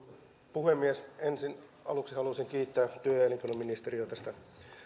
puhemies aluksi haluaisin kiittää työ ja elinkeinoministeriötä tästä